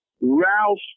Ralph